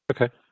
Okay